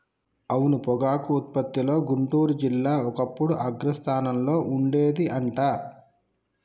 అవును పొగాకు ఉత్పత్తిలో గుంటూరు జిల్లా ఒకప్పుడు అగ్రస్థానంలో ఉండేది అంట